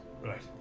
Right